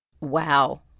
Wow